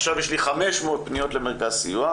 עכשיו יש לי 500 פניות למרכז סיוע,